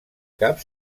cap